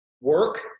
work